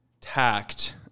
Tact